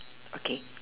okay